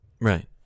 Right